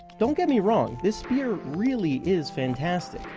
don't get me wrong, this beer really is fantastic.